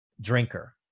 drinker